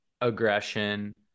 aggression